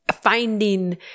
finding